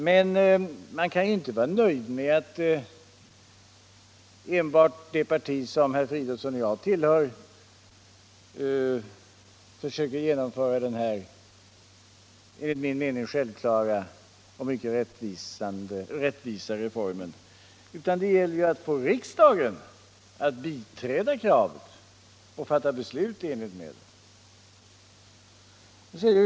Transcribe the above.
Men man kan inte vara nöjd med att enbart det parti som herr Fridolfsson och jag tillhör försöker genomföra den här enligt min mening självklara och mycket rättvisa reformen, utan det gäller ju att få riksdagen att biträda kravet och fatta beslut i enlighet med det.